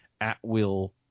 at-will